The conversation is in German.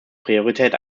priorität